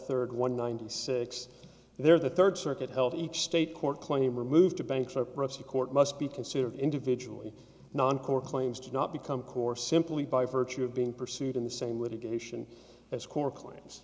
ird one ninety six there the third circuit health each state court claim or move to bankruptcy court must be considered individually non core claims to not become core simply by virtue of being pursued in the same litigation as core c